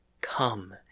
Come